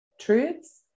truths